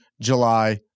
July